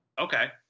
okay